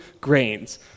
grains